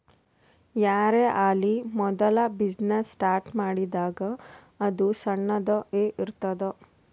ಯಾರೇ ಆಲಿ ಮೋದುಲ ಬಿಸಿನ್ನೆಸ್ ಸ್ಟಾರ್ಟ್ ಮಾಡಿದಾಗ್ ಅದು ಸಣ್ಣುದ ಎ ಇರ್ತುದ್